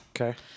Okay